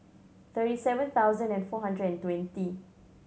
thirty seven thousand and four hundred and twenty